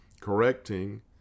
correcting